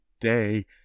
day